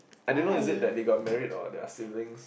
I don't know is it that they got married or they are siblings